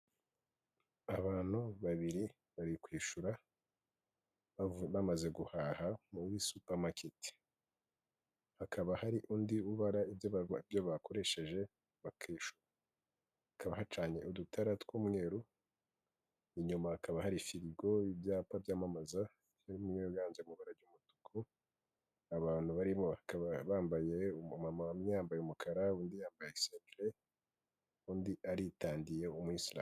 Abantu babiri bari kwishura bamaze guhaha muri supamaketi, hakaba hari undi ubara ibyo ba ibyo bakoresheje bakishuka bikaba hacanye udutara tw'umweru inyuma hakaba hari firigo y'ibyapa byamamaza biri mu birango by'ibara ry'umutuku, abantu barimo bakaba bambaye umu mama umwe yambaye umukara undi aritandiye ni umuyisilamu.